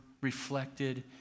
reflected